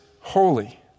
holy